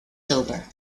sauber